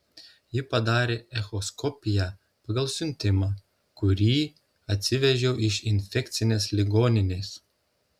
ji padarė echoskopiją pagal siuntimą kurį atsivežiau iš infekcinės ligoninės